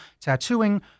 tattooing